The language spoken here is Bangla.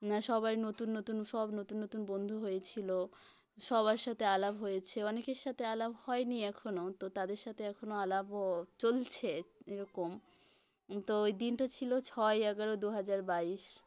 না সবাই নতুন নতুন সব নতুন নতুন বন্ধু হয়েছিল সবার সাথে আলাপ হয়েছে অনেকের সাথে আলাপ হয়নি এখনও তো তাদের সাথে এখনও আলাপও চলছে এরকম তো ওই দিনটি ছিলো ছয় এগারো দুহাজার বাইশ